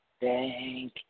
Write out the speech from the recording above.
thank